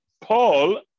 Paul